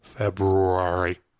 February